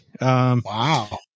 Wow